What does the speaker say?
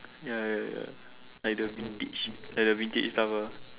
ya like the vintage like the vintage stuff ah